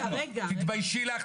תתביישי לך.